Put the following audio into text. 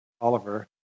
Oliver